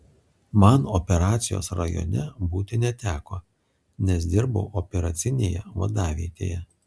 man operacijos rajone būti neteko nes dirbau operacinėje vadavietėje